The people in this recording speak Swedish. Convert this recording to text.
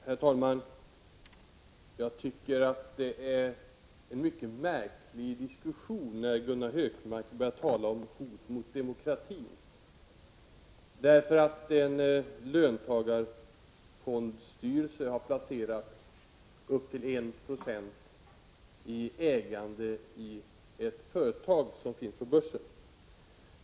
Herr talman! Det är en mycket märklig diskussion när Gunnar Hökmark talar om hot mot demokratin därför att en löntagarfondsstyrelse har placerat upp till 1 20 i ägande i ett företag på börsen.